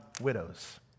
widows